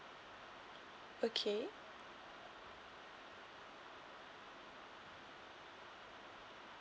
okay